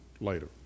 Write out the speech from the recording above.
later